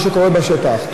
למה שקורה בשטח.